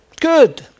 Good